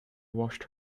washed